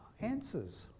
answers